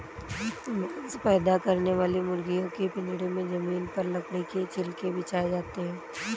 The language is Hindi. मांस पैदा करने वाली मुर्गियों के पिजड़े में जमीन पर लकड़ी के छिलके बिछाए जाते है